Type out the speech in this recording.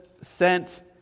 sent